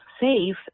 safe